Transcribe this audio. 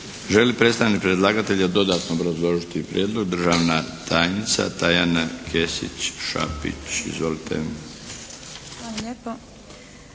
li predstavnik predlagatelja dodatno obrazložiti prijedlog? Državna tajnica Tajana Kesić Šapić. Izvolite.